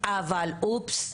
אבל אופס,